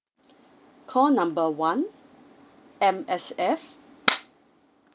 call number one M_S_F